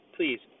Please